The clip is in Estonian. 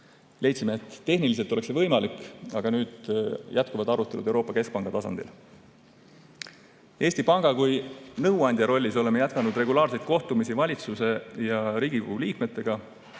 Leidsime, et tehniliselt oleks see võimalik, aga nüüd jätkuvad arutelud Euroopa Keskpanga tasandil. Eesti Panga kui nõuandja rollis oleme jätkanud regulaarseid kohtumisi valitsuse ja Riigikogu liikmetega.